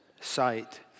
sight